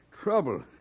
trouble